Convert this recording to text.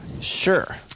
Sure